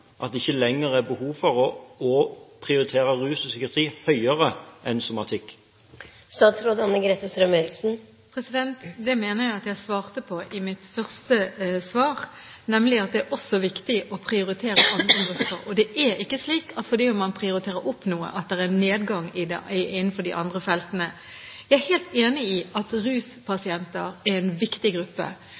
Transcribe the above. at det ikke lenger er behov for å prioritere rus og psykiatri høyere enn somatikk? Det mener jeg at jeg svarte på i mitt første svar, nemlig at det også er viktig å prioritere andre grupper. Det er ikke slik at fordi man prioriterer noe opp, er det nedgang innenfor de andre feltene. Jeg er helt enig i at ruspasienter er en viktig gruppe.